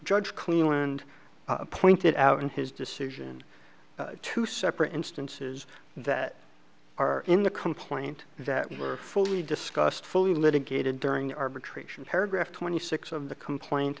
judge cleveland pointed out in his decision two separate instances that are in the complaint that were fully discussed fully litigated during arbitration paragraph twenty six of the complaint